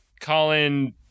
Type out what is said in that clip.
Colin